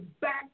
back